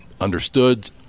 understood